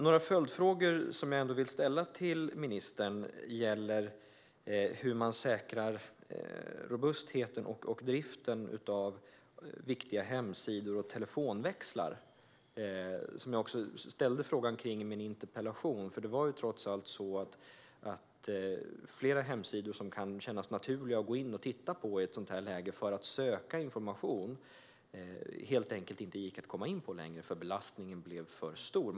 Jag vill ställa några följdfrågor till ministern. Det gäller hur man ska säkra robustheten och driften av viktiga hemsidor och telefonväxlar. Jag frågade om det i min interpellation också. Det gick helt enkelt inte att komma in på flera hemsidor som kan kännas naturliga att gå in på i ett sådant läge för att söka information. Belastningen blev för stor.